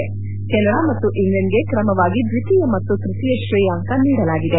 Canada ಮತ್ತು ಇಂಗ್ಲೆಂಡ್ಗೆ ಕ್ರಮವಾಗಿ ದ್ವಿತೀಯ ಮತ್ತು ತೃತೀಯ ಶ್ರೇಯಾಂಕ ನೀಡಲಾಗಿದೆ